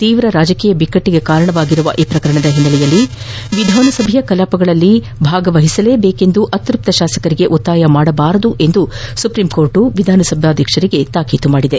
ತೀವ್ರ ರಾಜಕೀಯ ಬಿಕ್ಕಟ್ಟಿಗೆ ಕಾರಣವಾಗಿರುವ ಈ ಪ್ರಕರಣದ ಹಿನ್ನೆಲೆಯಲ್ಲಿ ವಿಧಾನಸಭೆಯ ಕಲಾಪಗಳಲ್ಲಿ ಭಾಗವಹಿಸಲೇ ಬೇಕೆಂದು ಅತೃಪ್ತ ಶಾಸಕರಿಗೆ ಒತ್ತಾಯ ಮಾಡಬಾರದು ಎಂದು ಸರ್ವೋಚ್ಛ ನ್ಯಾಯಾಲಯ ವಿಧಾನಸಭಾಧ್ವಕ್ಷರಿಗೆ ತಾಕೀತು ಮಾಡಿದೆ